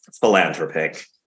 philanthropic